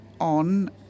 on